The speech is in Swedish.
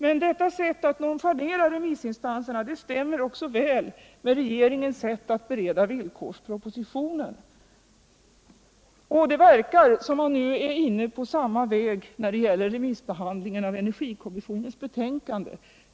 Men detta sätt att nonchalera remissinstanserna stämmer väl med regeringens sätt att bereda villkorspropositionen. Det verkar som om man nu är inne på samma väg när det gäller remissen av energikommissionens betänkande.